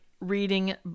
reading